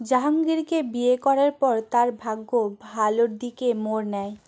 জাহাঙ্গীরকে বিয়ে করার পর তাঁর ভাগ্য ভালোর দিকে মোড় নেয়